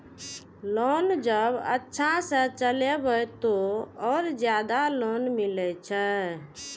Loan जब अच्छा से चलेबे तो और ज्यादा लोन मिले छै?